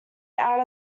out